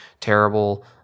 terrible